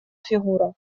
фигура